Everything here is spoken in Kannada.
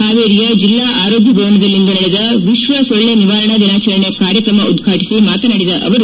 ಪಾವೇರಿಯ ಜಿಲ್ಲಾ ಆರೋಗ್ಯ ಭವನದಲ್ಲಿಂದು ನಡೆದ ವಿಶ್ವ ಸೊಳ್ಳೆ ನಿವಾರಣಾ ದಿನಾಚರಣೆ ಕಾರ್ಯಕ್ರಮ ಉದ್ವಾಟಿಸಿ ಮಾತನಾಡಿದ ಅವರು